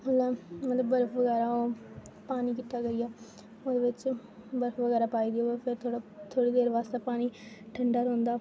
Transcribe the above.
ओल्लै मतलब बर्फ बगैरा होऐ पानी किट्ठा करियै ओह्दे बिच्च बर्फ बगैरा पाई दा होऐ फिर थोहड़ा थोह्ड़ी देर बास्तै पानी ठंडा रौंह्दा